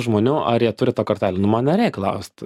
žmonių ar jie turi tą kortelę nu man nereik klaust